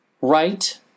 right